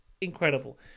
incredible